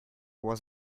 was